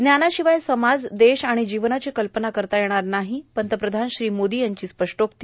ज्ञाना शिवाय समाज देश आर्मण जीवनाची कल्पना करता येणार नाही पंतप्रधान श्री मोदो यांची स्पष्टोक्ती